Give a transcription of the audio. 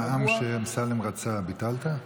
המע"מ שאמסלם רצה, ביטלת?